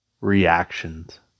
reactions